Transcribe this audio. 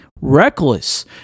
reckless